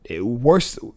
worse